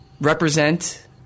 represent